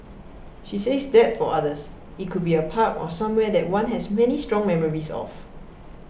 she says that for others it could be a park or somewhere that one has many strong memories of